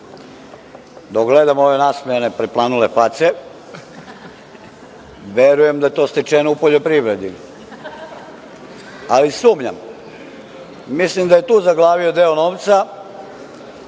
gledam ove nasmejane preplanule face, verujem da je to stečeno u poljoprivredi, ali sumnjam. Mislim da je tu zaglavio deo novca